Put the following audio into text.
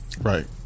Right